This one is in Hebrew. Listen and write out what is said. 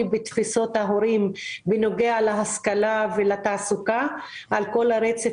בתפיסות ההורים בנוגע להשכלה ולתעסוקה על כל הרצף